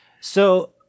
So-